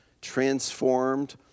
transformed